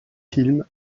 film